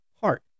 heart